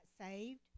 saved